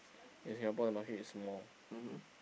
in Singapore the market is small